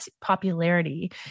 popularity